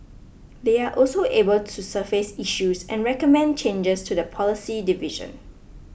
they are also able to surface issues and recommend changes to the policy division